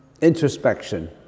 introspection